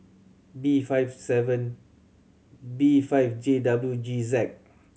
B five seven B five J W G Z